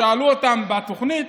שאלו אותם בתוכנית: